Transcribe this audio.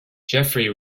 jeffery